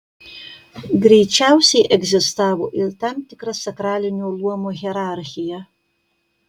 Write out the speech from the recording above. greičiausiai egzistavo ir tam tikra sakralinio luomo hierarchija